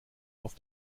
auf